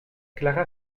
clara